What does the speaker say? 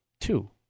two